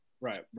Right